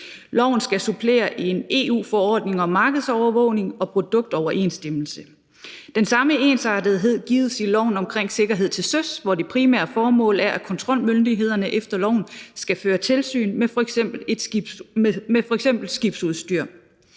Loven skal supplere en EU-forordning om markedsovervågning og produktoverensstemmelse. Den samme ensartethed gives i loven om sikkerhed til søs, hvor det primære formål er, at kontrolmyndighederne efter loven skal føre tilsyn med f.eks. skibsudstyr.